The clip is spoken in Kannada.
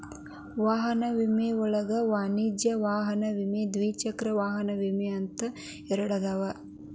ವಾಹನ ವಿಮೆ ಒಳಗ ವಾಣಿಜ್ಯ ವಾಹನ ವಿಮೆ ದ್ವಿಚಕ್ರ ವಾಹನ ವಿಮೆ ಅಂತ ಎರಡದಾವ